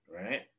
right